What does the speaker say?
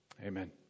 amen